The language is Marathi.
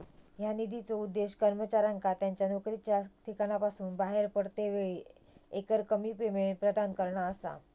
ह्या निधीचो उद्देश कर्मचाऱ्यांका त्यांच्या नोकरीच्या ठिकाणासून बाहेर पडतेवेळी एकरकमी पेमेंट प्रदान करणा असा